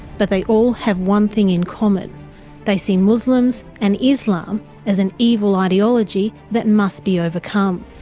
but they all have one thing in common they see muslims and islam as an evil ideology that must be overcome.